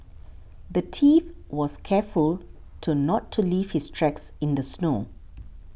the thief was careful to not to leave his tracks in the snow